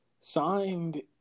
signed